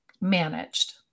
managed